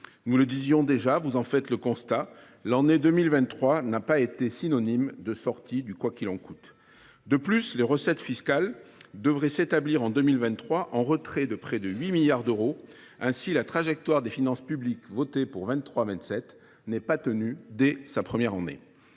Nous le disions déjà, vous en faites le constat : cette année n’aura pas été celle de la sortie du « quoi qu’il en coûte ». De plus, les recettes fiscales devraient être en 2023 en retrait de près de 8 milliards d’euros. Ainsi, la trajectoire des finances publiques établie pour 2023 2027 n’est pas tenue dès sa première année.